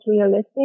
realistic